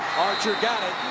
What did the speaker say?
archer got it.